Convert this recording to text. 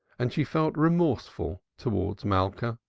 and she felt remorseful towards malka,